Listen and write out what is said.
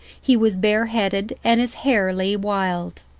he was bareheaded, and his hair lay wild.